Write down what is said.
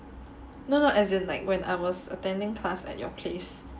no no as in like when I was attending class at your place